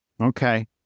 Okay